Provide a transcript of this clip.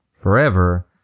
forever